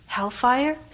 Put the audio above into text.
Hellfire